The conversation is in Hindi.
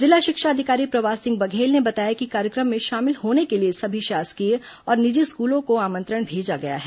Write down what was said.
जिला शिक्षा अधिकारी प्रवास सिंह बघेल ने बताया कि कार्यक्रम में शामिल होने के लिए सभी शासकीय और निजी स्कूलों को आमंत्रण भेजा गया है